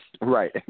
right